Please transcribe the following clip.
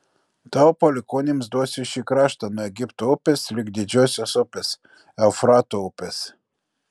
tavo palikuonims duosiu šį kraštą nuo egipto upės lig didžiosios upės eufrato upės